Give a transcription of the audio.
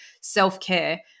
self-care